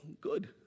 good